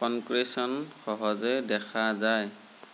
concretion সহজে দেখা যায়